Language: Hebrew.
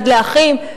"יד לאחים",